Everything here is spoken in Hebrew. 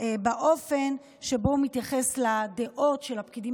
באופן שבו הוא מתייחס לדעות של הפקידים